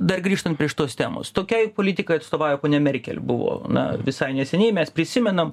dar grįžtant prie šitos temos tokiai politikai atstovauja ponia merkel buvo na visai neseniai mes prisimenam